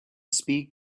speak